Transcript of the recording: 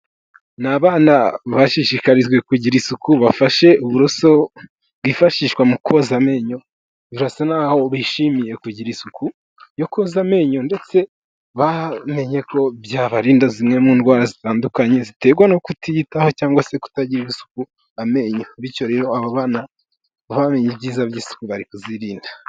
Ni abana bashishikarijwe kugira isuku, bafashe uburoso bwifashishwa mu koza amenyo, birasa naho bishimiye kugira isuku yo koza amenyo ndetse bamenye ko byabarinda zimwe mu ndwara zitandukanye, ziterwa no kutitaho cyangwa se kutagirira isuku amenyo, bityo rero aba bana bamenye ibyiza by'isuku bari kuzirinda.